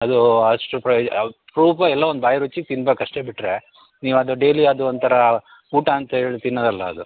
ಅದು ಅಷ್ಟು ಪ್ರಯೋ ಅಪರೂಪ ಎಲ್ಲೊ ಒಂದು ಬಾಯಿ ರುಚಿಗೆ ತಿನ್ನಬೇಕಷ್ಟೆ ಬಿಟ್ಟರೆ ನೀವು ಅದು ಡೇಲಿ ಅದು ಒಂಥರ ಊಟ ಅಂತ ಹೇಳಿ ತಿನ್ನದಲ್ಲ ಅದು